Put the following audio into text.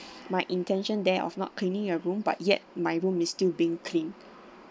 my intention there of not cleaning your room but yet my room it's still being cleaned